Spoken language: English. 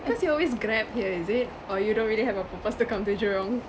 cause you always Grab here is it or you don't really have a purpose to come to jurong